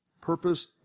Purpose